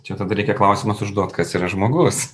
čia reikia klausimus užduot kas yra žmogus